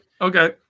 Okay